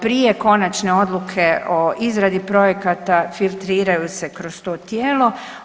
Prije konačne odluke o izradi projekata, filtriraju se kroz to tijelo.